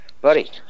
Buddy